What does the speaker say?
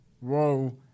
whoa